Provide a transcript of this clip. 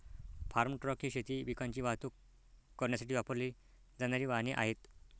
form truck ही शेती पिकांची वाहतूक करण्यासाठी वापरली जाणारी वाहने आहेत